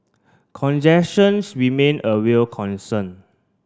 congestions remain a real concern